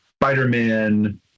spider-man